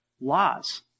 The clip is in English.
laws